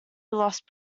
lost